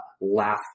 laugh